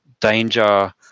danger